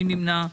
מי נמנע?